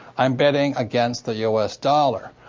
i'm betting against the u s. dollar.